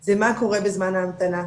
זה מה קורה בזמן ההמתנה.